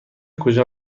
کجا